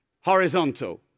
Horizontal